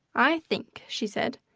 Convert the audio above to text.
i think, she said,